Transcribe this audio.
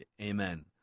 Amen